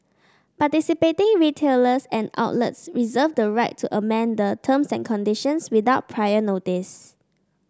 participating retailers and outlets reserve the right to amend the terms and conditions without prior notice